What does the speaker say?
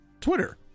Twitter